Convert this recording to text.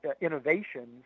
innovations